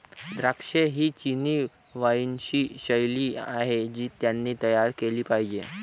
द्राक्षे ही चिनी वाइनची शैली आहे जी त्यांनी तयार केली पाहिजे